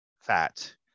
fat